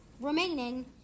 remaining